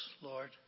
Lord